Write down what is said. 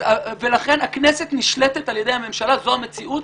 ולכן הכנסת נשלטת על ידי הממשלה, זאת המציאות.